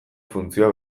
funtzioa